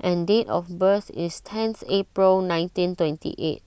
and date of birth is tenth April nineteen twenty eight